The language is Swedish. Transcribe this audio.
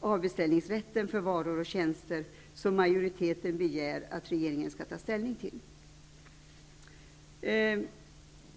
avbeställningsrätten för varor och tjänster, som majoriteten begär att regeringen skall ta ställning till.